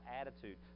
attitude